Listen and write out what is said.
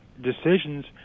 decisions